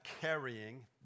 carrying